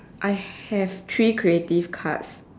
I have three creative cards